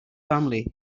family